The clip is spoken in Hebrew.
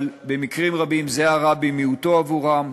אבל במקרים רבים זה הרע במיעוטו עבורם,